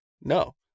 No